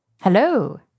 Hello